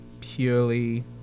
purely